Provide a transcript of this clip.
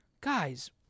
guys